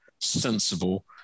sensible